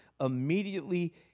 immediately